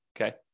Okay